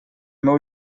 meu